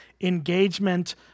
engagement